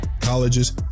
colleges